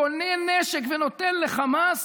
קונה נשק ונותן לחמאס,